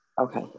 Okay